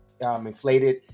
inflated